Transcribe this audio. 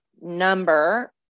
number